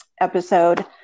Episode